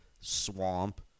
swamp